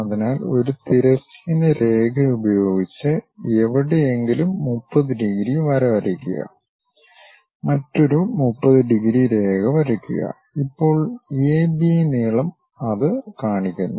അതിനാൽ ഒരു തിരശ്ചീന രേഖ ഉപയോഗിച്ച് ആരംഭിക്കുക എവിടെയെങ്കിലും 30 ഡിഗ്രി വര വരയ്ക്കുക മറ്റൊരു 30 ഡിഗ്രി രേഖ വരയ്ക്കുക ഇപ്പോൾ എ ബി നീളം അത് കാണിക്കുന്നു